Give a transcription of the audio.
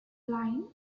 line